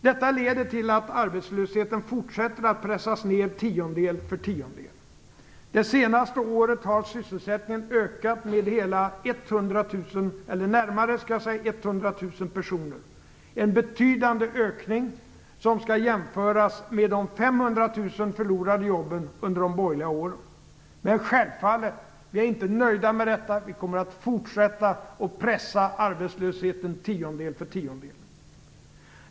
Detta leder till att arbetslösheten fortsätter att pressas ner tiondel för tiondel. Det senaste året har sysselsättningen ökat med närmare 100 000 personer. Det är en betydande ökning som skall jämföras med de 500 000 förlorade jobben under de borgerliga åren. Men självfallet är vi inte nöjda med detta. Vi kommer att fortsätta och pressa arbetslösheten tiondel för tiondel.